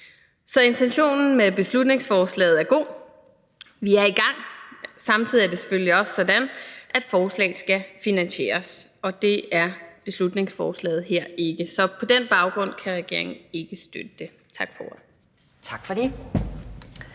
Så intentionen med beslutningsforslaget er god, men vi er i gang. Samtidig er det selvfølgelig også sådan, at forslag skal finansieres, og det er beslutningsforslaget her ikke. Så på den baggrund kan regeringen ikke støtte det. Tak for ordet.